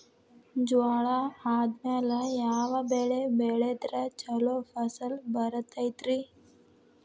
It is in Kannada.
ಜ್ವಾಳಾ ಆದ್ಮೇಲ ಯಾವ ಬೆಳೆ ಬೆಳೆದ್ರ ಛಲೋ ಫಸಲ್ ಬರತೈತ್ರಿ?